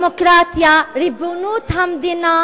ובדמוקרטיה ריבונות המדינה